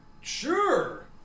Sure